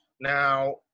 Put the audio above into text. Now